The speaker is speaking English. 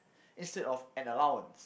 instead of an allowance